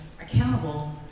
accountable